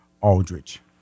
Aldrich